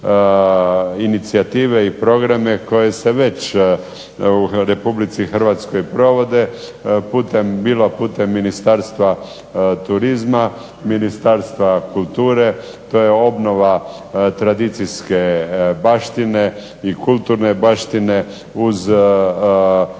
inicijative i programe koji se već u Republici Hrvatskoj provode bilo putem Ministarstva turizma, Ministarstva kulture. To je obnova tradicijske baštine i kulturne baštine uz uvjet